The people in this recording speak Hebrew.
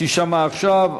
תישמע עכשיו.